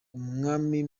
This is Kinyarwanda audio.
umwami